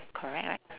correct right